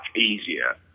easier